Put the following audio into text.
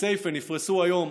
בכסייפה נפרסו היום,